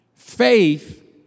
Faith